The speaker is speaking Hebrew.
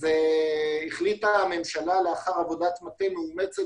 החליטה הממשלה לאחר עבודת מטה מאומצת